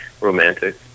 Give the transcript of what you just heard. romantic